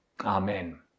Amen